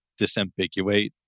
disambiguate